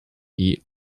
eat